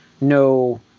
no –